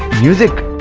music?